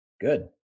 good